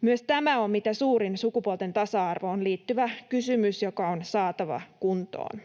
Myös tämä on mitä suurin sukupuolten tasa-arvoon liittyvä kysymys, joka on saatava kuntoon.